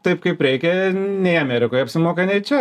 taip kaip reikia nei amerikoj apsimoka nei čia